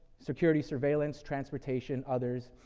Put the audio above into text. security, surveillance, transportation, others,